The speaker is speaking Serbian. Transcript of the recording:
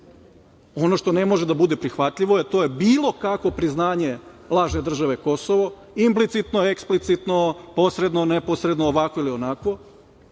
Ono što ne može da bude prihvatljivo to je bilo kakvo priznanje lažne države Kosovo, implicitno, eksplicitno, posredno, neposredno, ovako ili onako.